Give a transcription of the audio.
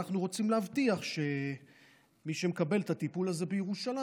אנחנו רוצים להבטיח שמי שמקבל את הטיפול הזה בירושלים,